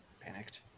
panicked